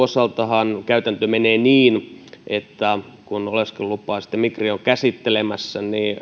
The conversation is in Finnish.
osaltahan käytäntö menee niin että kun oleskelulupaa migri on käsittelemässä niin